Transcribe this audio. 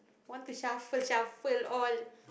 want to shuffle shuffle all